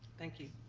thank you.